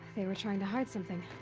they were trying to hide something.